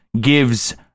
gives